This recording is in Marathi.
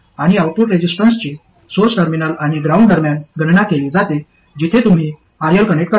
आणि आउटपुट रेझिस्टन्सची सोर्स टर्मिनल आणि ग्राउंड दरम्यान गणना केली जाते जिथे तुम्ही RL कनेक्ट करता